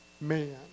man